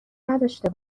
نداشته